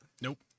Nope